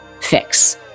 fix